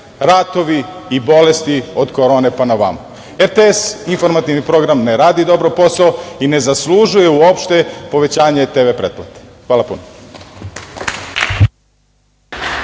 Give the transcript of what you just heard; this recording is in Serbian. ratovi i bolesti od korone pa naovamo. RTS informativni program ne radi dobro posao i ne zaslužuje uopšte povećanje TV pretplate. Hvala puno.